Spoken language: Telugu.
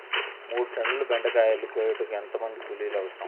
మూడు టన్నుల బెండకాయలు కోయుటకు ఎంత మంది కూలీలు అవసరం?